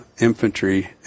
infantry